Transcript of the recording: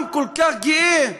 עם כל כך גאה,